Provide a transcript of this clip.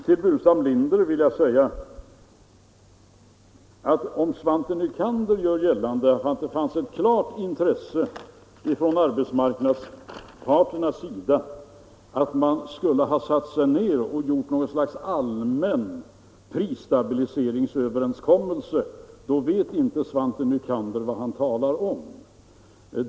Till herr Burenstam Linder vill jag säga att om Svante Nycander gör gällande att det fanns ett klart intresse från arbetsmarknadsparternas sida att sätta sig ned och träffa någon sorts allmän prisstabiliseringsöverenskommelse, då vet inte Svante Nycander vad han talar om.